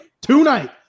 tonight